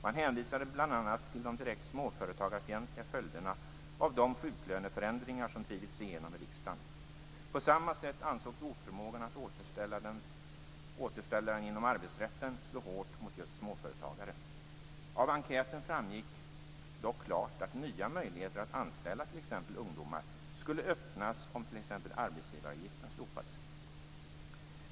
Man hänvisade bl.a. till de direkt småföretagarfientliga följderna av de sjuklöneförändringar som drivits igenom i riksdagen. På samma sätt ansågs återställaren inom arbetsrätten slå hårt mot just småföretagare. Av enkäten framgick dock klart att nya möjligheter att anställa exempelvis ungdomar skulle öppnas om t.ex. arbetsgivaravgiften slopades.